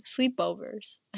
sleepovers